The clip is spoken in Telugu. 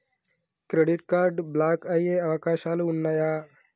క్రెడిట్ కార్డ్ బ్లాక్ అయ్యే అవకాశాలు ఉన్నయా?